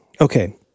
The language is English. Okay